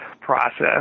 process